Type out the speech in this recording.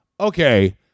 okay